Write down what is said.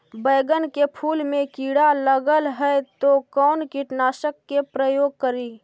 बैगन के फुल मे कीड़ा लगल है तो कौन कीटनाशक के प्रयोग करि?